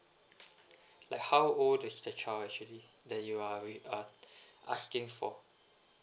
like how old is the child actually that you are with uh asking for